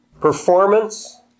Performance